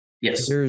Yes